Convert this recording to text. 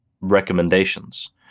recommendations